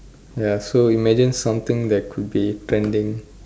ya so imagine something that could be trending